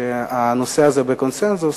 הנושא הזה בקונסנזוס.